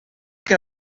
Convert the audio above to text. que